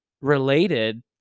related